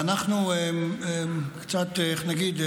ואנחנו קצת, איך נגיד?